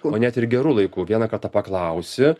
o net ir geru laiku vieną kartą paklausi